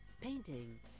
painting